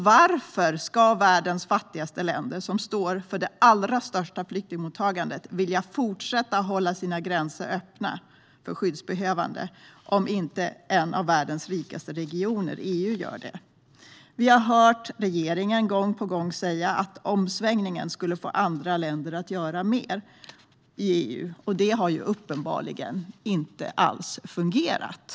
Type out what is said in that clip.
Varför ska världens fattigaste länder som står för det allra största flyktingmottagandet vilja fortsätta att hålla sina gränser öppna för skyddsbehövande om inte en av världens rikaste regioner, EU, gör det? Vi har gång på gång hört regeringen säga att omsvängningen skulle få andra länder i EU att göra mer. Det har uppenbarligen inte alls fungerat.